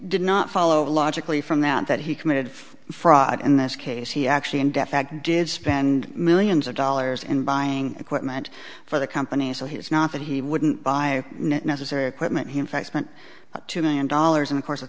did not follow logically from that that he committed fraud in this case he actually in death that did spend millions of dollars in buying equipment for the company so he was not that he wouldn't buy necessary equipment he in fact spent two million dollars in the course